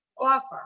offer